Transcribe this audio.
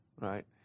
right